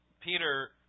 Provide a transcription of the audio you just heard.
Peter